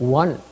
one